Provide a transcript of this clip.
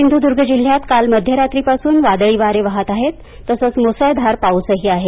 सिंधुदुर्ग जिल्ह्यात काल मध्यरात्रीपासून वादळी वारे वाहत आहेत तसच मुसळधार पाऊस आहे